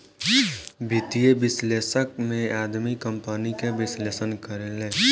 वित्तीय विश्लेषक में आदमी कंपनी के विश्लेषण करेले